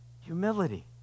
Humility